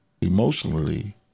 emotionally